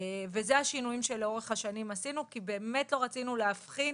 וזה השינויים שלאורך השנים עשינו כי באמת לא רצינו להבחין.